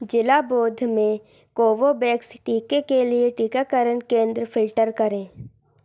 ज़िला बौद्ध में कोवोवैक्स टीके के लिए टीकाकरण केंद्र फ़िल्टर करें